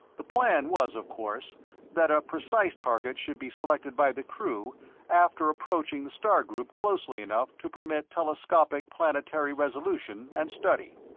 the plan was of course that a precise target should be selected by the crew after approaching the star group closely enough to permit telescopic planetary resolution and study.